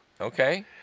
Okay